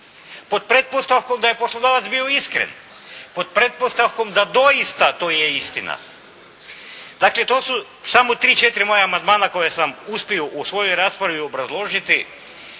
pod pretpostavkom da je poslodavac bio iskren. Pod pretpostavkom da doista to je istina. Dakle to su samo 3, 4 moja amandmana koja sam uspio u svojoj raspravi obrazložiti